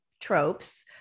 tropes